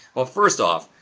well, first off,